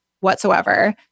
whatsoever